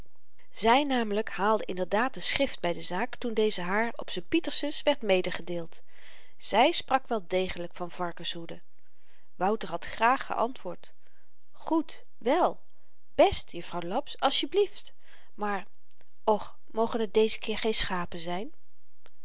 zy namelyk haalde inderdaad de schrift by de zaak toen deze haar op z'n pietersens werd medegedeeld zy sprak wel degelyk van varkenshoeden wouter had graag geantwoord goed wèl best juffrouw laps asjeblieft maar och mogen t deze keer geen schapen zyn